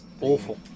awful